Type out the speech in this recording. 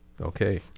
Okay